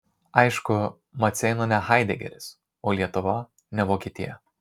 aišku maceina ne haidegeris o lietuva ne vokietija